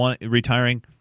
retiring